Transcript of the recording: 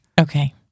Okay